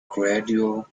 gradual